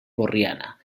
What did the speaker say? borriana